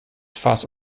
fass